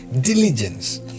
diligence